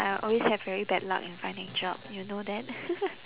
I always have very bad luck in finding job you know that